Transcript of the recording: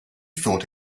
thought